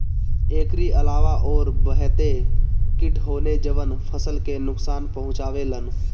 एकरी अलावा अउरी बहते किट होने जवन फसल के नुकसान पहुंचावे लन